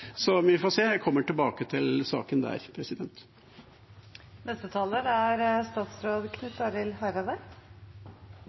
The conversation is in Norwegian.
Så vi får se. Jeg kommer tilbake til saken der. Regjeringa er